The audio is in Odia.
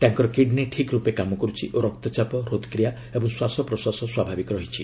ତାଙ୍କର କିଡ୍ନୀ ଠିକ୍ ରୂପେ କାମ କରୁଛି ଓ ରକ୍ତଚାପ ହୃତକ୍ରିୟା ଏବଂ ଶ୍ୱାସପ୍ରଶ୍ୱାସ ସ୍ୱାଭାବିକ ରହିଛି